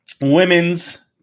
women's